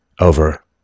over